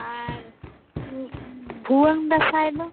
ᱟᱨ ᱵᱷᱩᱭᱟᱹᱝ ᱫᱟᱸᱥᱟᱭ ᱫᱚ